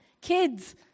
Kids